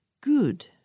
good